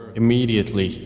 immediately